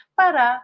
para